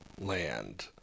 land